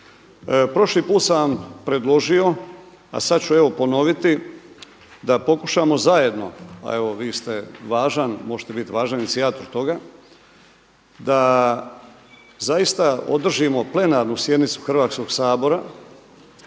Prošli put sam vam predložio, a sada ću evo ponoviti da pokušamo zajedno, a evo vi ste važan, možete biti važan inicijator toga da zaista održimo plenarnu sjednicu Hrvatskoga sabora